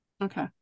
okay